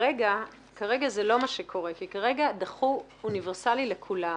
כרגע זה לא מה שקורה כי כרגע דחו אוניברסלי לכולם.